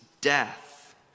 death